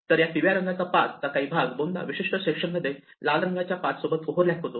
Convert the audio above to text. तर या पिवळ्या रंगाचा पाथ चा काही भाग दोनदा विशिष्ट सेक्शनमध्ये लाल रंगाच्या पाथ सोबत ओवरलॅप होतो